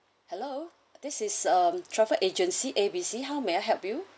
hello this is um travel agency A B C how may I help you